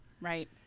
right